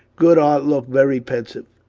goodhart looked very pensive.